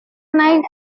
naik